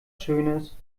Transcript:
schönes